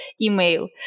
email